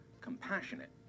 Compassionate